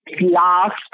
last